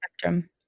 spectrum